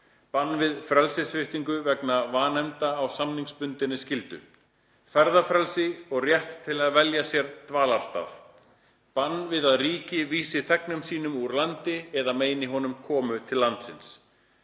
Bann við frelsissviptingu vegna vanefnda á samningsbundinni skyldu. * Ferðafrelsi og rétt til að velja sér dvalarstað. * Bann við að ríki vísi þegni sínum úr landi eða meini honum komu til landsins.